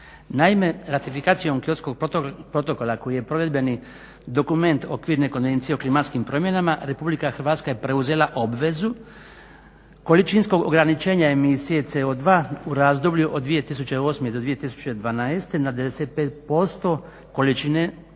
Naime, ratifikacijom Kyotskog protokola koji je provedbeni dokument Okvirne konvencije o klimatskim promjenama Republika Hrvatska je preuzela obvezu količinskog ograničenja emisije CO2 u razdoblju od 2008. do 2012. na 95% količine u odnosu